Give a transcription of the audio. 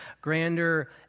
grander